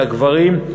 של הגברים,